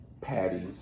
Patties